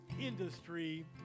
industry